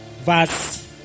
Verse